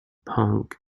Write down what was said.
punk